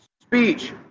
Speech